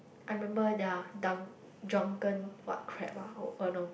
I remember their dun~ drunken what crab ah oh uh no